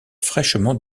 fraîchement